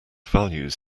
values